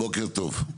בוקר טוב,